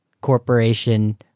corporation